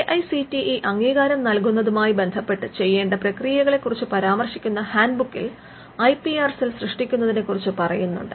A I C T E അംഗീകാരം നൽകുന്നതുമായി ബന്ധപ്പെട്ട് ചെയ്യേണ്ട പ്രക്രിയകളെ കുറിച്ച് പരാമർശിക്കുന്ന ഹാൻഡ്ബുക്കിൽ ഐ പി ആർ സെൽ സൃഷ്ടിക്കുന്നതിനെക്കുറിച്ച് പറയുന്നുണ്ട്